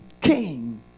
king